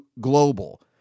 global